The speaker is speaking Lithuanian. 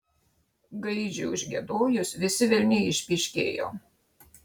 gaidžiui užgiedojus visi velniai išpyškėjo